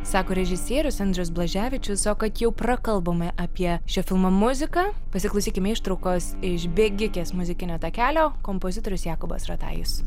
sako režisierius andrius blaževičius o kad jau prakalbome apie šio filmo muziką pasiklausykime ištraukos iš bėgikės muzikinio takelio kompozitorius jakubas ratajus